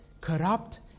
corrupt